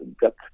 got